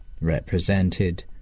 represented